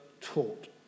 taught